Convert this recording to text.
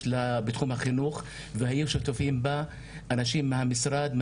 בתחום החינוך והיו שותפים בה אנשים מהמשרד,